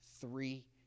three